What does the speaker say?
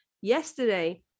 Yesterday